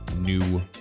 new